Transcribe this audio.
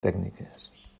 tècniques